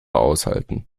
aushalten